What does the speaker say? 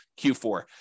Q4